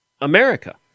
America